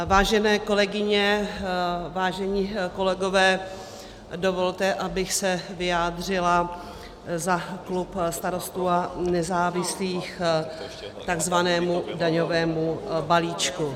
Vážené kolegyně, vážení kolegové, dovolte, abych se vyjádřila za klub Starostů a nezávislých k takzvanému daňovému balíčku.